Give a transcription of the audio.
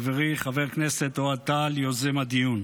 חברי חבר הכנסת אוהד טל, יוזם הדיון,